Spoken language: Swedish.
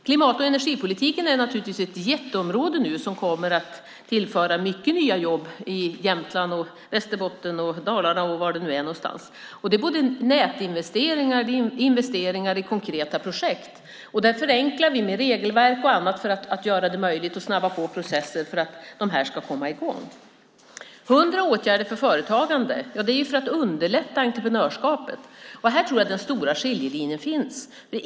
Klimat och energipolitiken är naturligtvis ett jätteområde som kommer att tillföra mycket nya jobb i Jämtland, Västerbotten, Dalarna och var det nu är. Det handlar om nätinvesteringar. Det handlar om investeringar i konkreta projekt. Där förenklar vi med regelverk och annat för att göra det möjligt att snabba på processer för att det här ska komma i gång. Hundra åtgärder för företagande har gjorts för att underlätta entreprenörskapet. Här tror jag att den stora skiljelinjen finns.